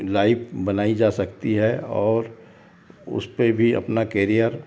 life बनाई जा सकती है और उस पे भी अपना कैरियर